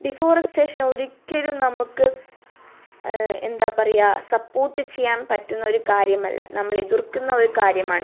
deforestation ഒരിക്കലും നമുക്ക് എന്താ പറയുക സപ്പോർട്ട് ചെയ്യാൻ പറ്റുന്ന ഒരു കാര്യമല്ല നമ്മളെതിർക്കുന്ന ഒരു കാര്യമാണ്